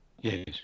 Yes